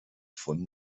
von